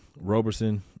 Roberson